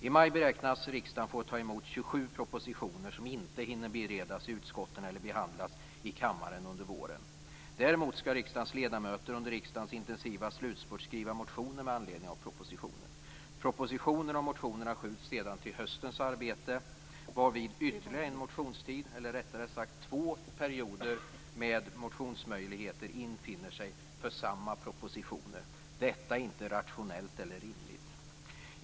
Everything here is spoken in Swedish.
I maj beräknas riksdagen få ta emot 27 propositioner som inte hinner beredas i utskotten eller behandlas i kammaren under våren. Däremot skall riksdagens ledamöter under riksdagens intensiva slutspurt skriva motioner med anledningen av propositionerna. Propositionerna och motionerna skjuts sedan till höstens arbete varvid det blir ytterligare en motionstid. Det innebär att två perioder med motionsmöjligheter infinner sig för samma propositioner. Detta är inte rationellt eller rimligt.